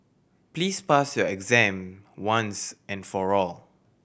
please pass your exam once and for all